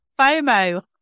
FOMO